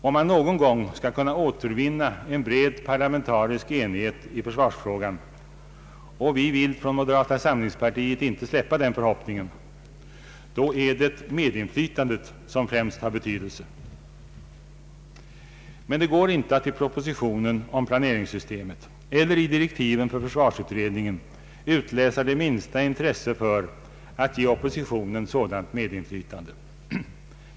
Om man någon gång skall kunna återvinna en bred parlamentarisk enighet i försvarsfrågan — och vi vill från moderata samlingspartiets sida inte släppa den förhoppningen — då är det medinflytandet som främst har betydelse. Men det går inte att i propositionen om planeringssystemet eller i direktiven för försvarsutredningen utläsa det minsta intresse för att ge oppositionen sådant medinflytande.